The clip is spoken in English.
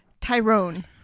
Tyrone